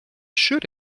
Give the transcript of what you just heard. should